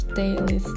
daily